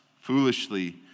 foolishly